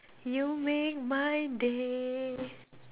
you make my day